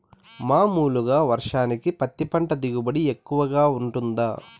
మామూలుగా వర్షానికి పత్తి పంట దిగుబడి ఎక్కువగా గా వుంటుందా?